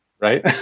right